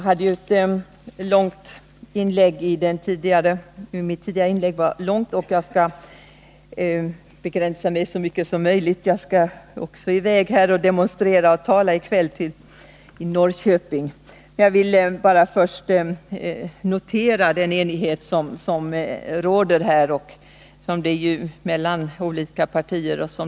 Herr talman! Mitt tidigare inlägg var långt, och jag skall nu begränsa mig så mycket som möjligt — jag skall också resa i väg för att demonstrera och tala i Norrköping. Jag vill först bara notera den enighet som råder mellan olika partier.